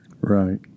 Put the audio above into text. Right